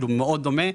מאוד דומה.